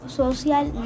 social